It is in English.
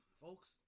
folks